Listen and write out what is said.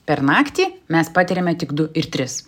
per naktį mes patiriame tik du ir tris